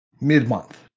mid-month